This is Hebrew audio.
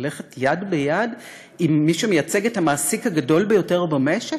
ללכת יד ביד עם מי שמייצג את המעסיק הגדול ביותר במשק?